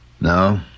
No